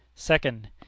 Second